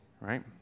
right